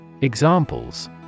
Examples